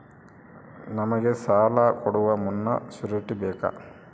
ನಮಗೆ ಸಾಲ ಕೊಡುವ ಮುನ್ನ ಶ್ಯೂರುಟಿ ಬೇಕಾ?